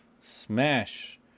Smash